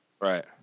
Right